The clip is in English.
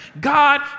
God